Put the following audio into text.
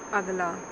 ਅਗਲਾ